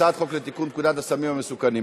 הצעת חוק לתיקון פקודת הסמים המסוכנים.